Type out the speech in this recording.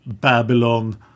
Babylon